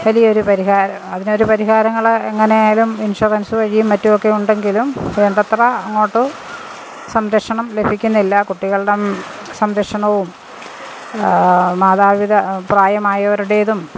വലിയൊരു പരിഹാര അതിനൊരു പരിഹാരങ്ങളെ എങ്ങനെയായാലും ഇൻഷുറൻസ് വഴിയും മറ്റും ഒക്കെ ഉണ്ടെങ്കിലും വേണ്ടത്ര അങ്ങോട്ട് സംരക്ഷണം ലഭിക്കുന്നില്ല കുട്ടികളുടെ സംരക്ഷണവും മാതാപിതാ പ്രായമായവരുടേതും